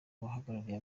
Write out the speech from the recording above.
abahagarariye